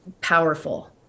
Powerful